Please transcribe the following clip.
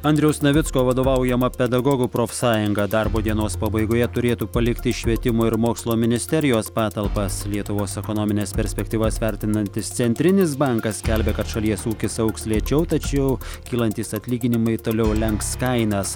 andriaus navicko vadovaujama pedagogų profsąjunga darbo dienos pabaigoje turėtų palikti švietimo ir mokslo ministerijos patalpas lietuvos ekonomines perspektyvas vertinantis centrinis bankas skelbia kad šalies ūkis augs lėčiau tačiau kylantys atlyginimai toliau lenks kainas